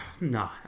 No